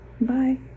Bye